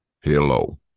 Hello